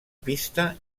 pista